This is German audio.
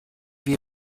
wir